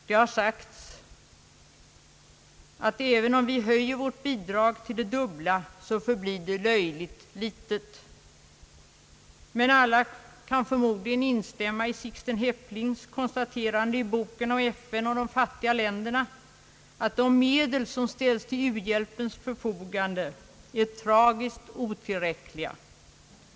Det har sagts att även om vi höjer vårt bidrag till det dubbla förblir det löjligt litet, men alla kan förmodligen instämma i Sixten Hepplings konstaterande i boken om FN och de fattiga länderna, att de medel som ställs till uhjälpens förfogande är »tragiskt otillräckliga».